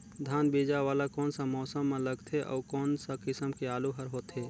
धान बीजा वाला कोन सा मौसम म लगथे अउ कोन सा किसम के आलू हर होथे?